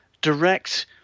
direct